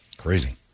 Crazy